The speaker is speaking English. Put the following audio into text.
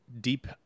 deep